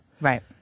Right